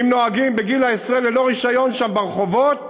אם נוהגים בגיל העשרה ללא רישיון שם ברחובות,